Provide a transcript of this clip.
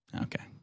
Okay